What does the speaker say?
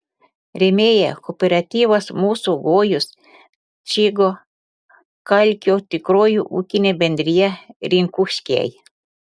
rėmėjai kooperatyvas mūsų gojus čygo kalkio tikroji ūkinė bendrija rinkuškiai